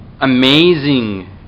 amazing